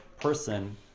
person